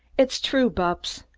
it's true, bupps!